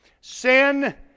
Sin